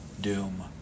Doom